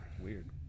Weird